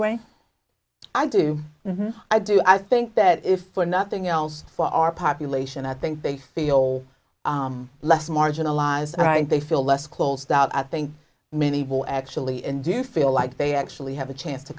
way i do i do i think that if for nothing else for our population i think they feel less marginalized they feel less closed out i think many people actually and do feel like they actually have a chance to